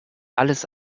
alles